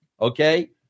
okay